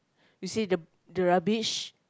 you see the the rubbish